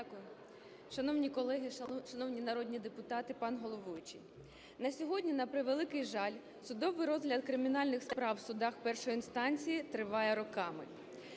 Дякую. Шановні колеги, шановні народні депутати, пан головуючий! На сьогодні, на превеликий жаль, судовий розгляд кримінальних справ в судах першої інстанції триває роками.